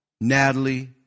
Natalie